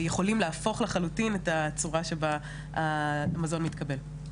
יכולים להפוך לחלוטין את הצורה שבה המזון מתקבל.